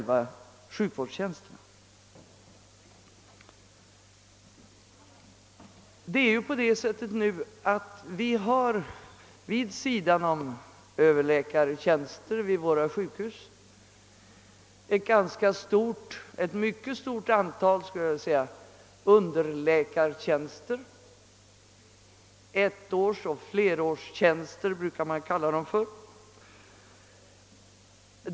Vi har nu vid sidan om Ööverläkartjänsterna vid våra sjukhus ett mycket stort antal underläkartjänster, s.k. ettårstjänster och flerårstjänster.